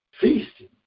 feasting